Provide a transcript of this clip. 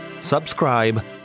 subscribe